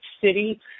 City